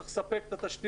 צריך לספק את התשתיות,